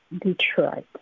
Detroit